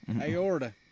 Aorta